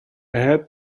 had